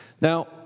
Now